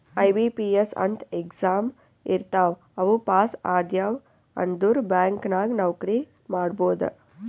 IBPS ಅಂತ್ exam ಇರ್ತಾವ್ ಅವು ಪಾಸ್ ಆದ್ಯವ್ ಅಂದುರ್ ಬ್ಯಾಂಕ್ ನಾಗ್ ನೌಕರಿ ಮಾಡ್ಬೋದ